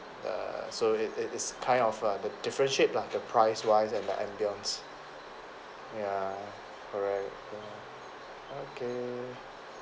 err so it it it's kind of a the differentiate lah the price wise and the ambiance ya correct okay